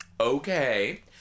Okay